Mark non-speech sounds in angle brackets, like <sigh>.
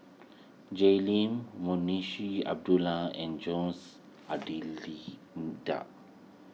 Jay Lim <unintelligible> Abdullah and Jose <unintelligible>